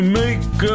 make